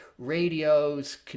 radios